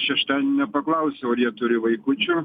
šeštadienį paklausiau ar jie turi vaikučių